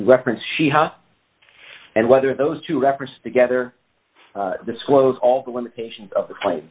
reference she has and whether those two reference together disclose all the limitations of the plane